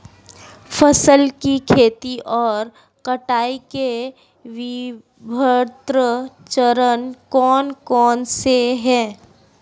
फसल की खेती और कटाई के विभिन्न चरण कौन कौनसे हैं?